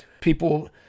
people